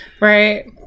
Right